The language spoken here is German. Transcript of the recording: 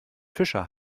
fischer